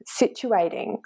situating